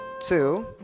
two